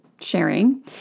sharing